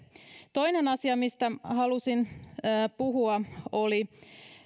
toinen asia mistä halusin puhua oli